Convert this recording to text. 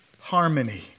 harmony